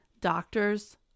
doctors